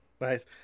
Nice